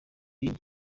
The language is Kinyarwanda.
yindi